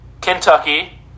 Kentucky